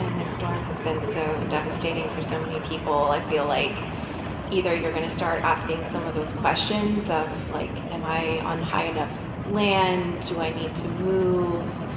and this storm has been so devastating for so many people. i feel like either you're going to start asking some of those questions of, like, am i on high enough land, do i need to move,